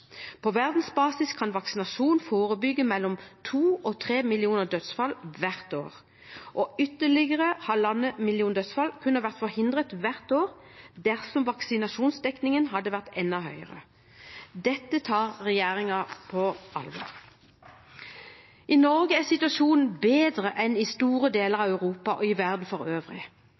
På verdensbasis kan vaksinasjon forebygge mellom to millioner og tre millioner dødsfall hvert år, og ytterligere halvannen million dødsfall kunne vært forhindret hvert år dersom vaksinasjonsdekningen hadde vært enda høyere. Dette tar regjeringen på alvor. I Norge er situasjonen bedre enn i store deler av Europa og i verden for øvrig.